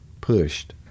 pushed